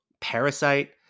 Parasite